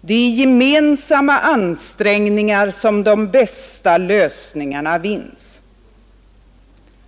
Det är i gemensamma ansträngningar som de bästa lösningarna vinns.